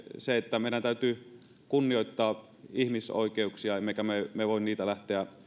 se että meidän täytyy kunnioittaa ihmisoikeuksia emmekä me me voi niitä lähteä